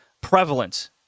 prevalent